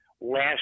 last